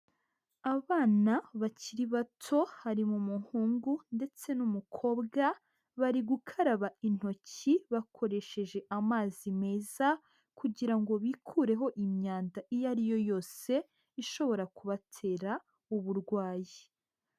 Abana bakiri bato harimo umuhungu ndetse n'umukobwa, bari gukaraba intoki bakoresheje amazi meza, kugira ngo bikureho imyanda iyo ari yo yose ishobora kubatera uburwayi.